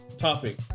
Topic